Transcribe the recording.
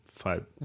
five